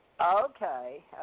Okay